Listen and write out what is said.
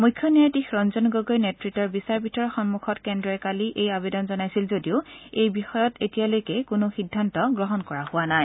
মুখ্য ন্যায়াধীশ ৰঞ্জন গগৈৰ নেতৃত্বৰ বিচাৰপীঠৰ সন্মুখত কেন্দ্ৰই কালি এই আবেদন জনাইছিল যদিও এই বিষয়ত এতিয়ালৈকে কোনো সিদ্ধান্ত গ্ৰহণ কৰা হোৱা নাই